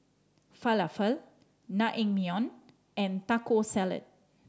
Falafel Naengmyeon and Taco Salad